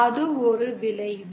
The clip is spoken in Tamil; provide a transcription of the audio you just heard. அது ஒரு விளைவு